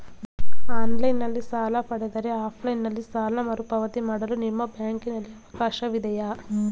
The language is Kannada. ಆನ್ಲೈನ್ ನಲ್ಲಿ ಸಾಲ ಪಡೆದರೆ ಆಫ್ಲೈನ್ ನಲ್ಲಿ ಸಾಲ ಮರುಪಾವತಿ ಮಾಡಲು ನಿಮ್ಮ ಬ್ಯಾಂಕಿನಲ್ಲಿ ಅವಕಾಶವಿದೆಯಾ?